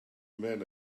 men